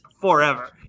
forever